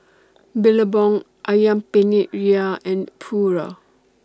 Billabong Ayam Penyet Ria and Pura